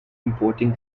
importing